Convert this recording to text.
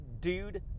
dude